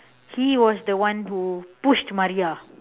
he was the one who pushed Maria